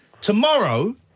Tomorrow